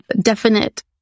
definite